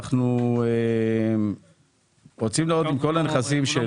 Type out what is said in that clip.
אנחנו רוצים לראות אם כל הנכסים של